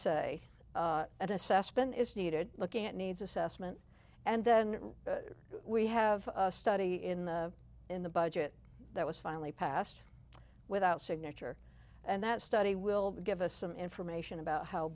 needed looking at needs assessment and then we have a study in the in the budget that was finally passed without signature and that study will give us some information about how